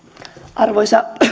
arvoisa